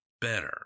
better